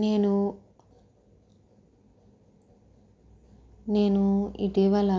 నేను నేను ఇటీవల